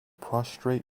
prostrate